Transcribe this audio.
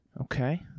Okay